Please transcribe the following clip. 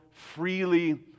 freely